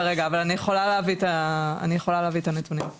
כרגע יש בעצם כרגע בהחלטת ממשלה אותם צוות בינמשרדי של ילד במרכז.